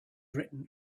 written